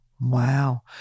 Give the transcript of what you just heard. Wow